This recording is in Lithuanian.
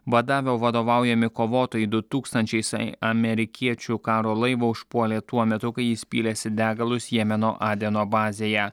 badavio vadovaujami kovotojai du tūkstančiais amerikiečių karo laivo užpuolė tuo metu kai jis pylėsi degalus jemeno adeno bazėje